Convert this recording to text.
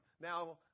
Now